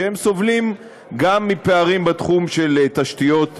והם סובלים גם מפערים בתחום של תשתיות פיזיות,